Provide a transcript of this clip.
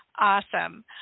Awesome